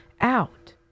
out